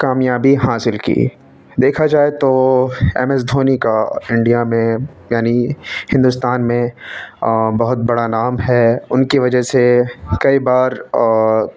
کامیابی حاصل کی دیکھا جائے تو ایم ایس دھونی کا انڈیا میں یعنی ہندوستان میں بہت بڑا نام ہے ان کی وجہ سے کئی بار